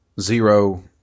zero